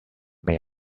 may